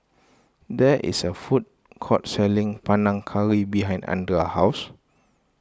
there is a food court selling Panang Curry behind andra's house